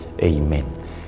Amen